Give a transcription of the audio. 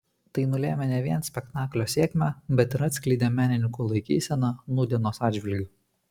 tai nulėmė ne vien spektaklio sėkmę bet ir atskleidė menininkų laikyseną nūdienos atžvilgiu